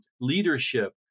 leadership